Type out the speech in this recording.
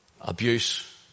abuse